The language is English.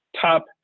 top